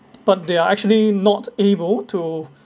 but they are actually not able to